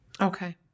Okay